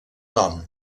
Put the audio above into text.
nom